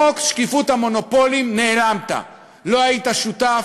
בחוק שקיפות המונופולים נעלמת, לא היית שותף,